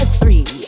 three